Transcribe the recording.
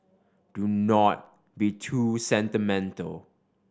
do not be too sentimental